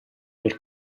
per